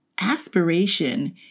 Aspiration